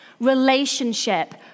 relationship